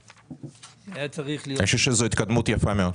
אצל המנכ"ל הקודם הייתה תוכנית הגפן.